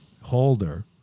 Holder